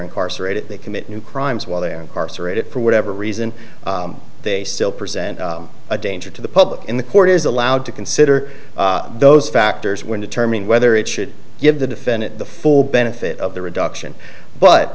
incarcerated they commit new crimes while they are incarcerated for whatever reason they still present a danger to the public in the court is allowed to consider those factors when determining whether it should give the defendant the full benefit of the reduction but